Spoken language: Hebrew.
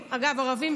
רישיון,